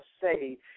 say